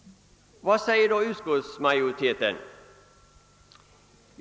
Vad säger då utskottsmajoriteten?